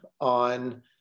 on